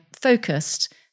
focused